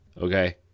okay